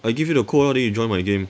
I give you the code orh then you join my game